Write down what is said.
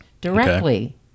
directly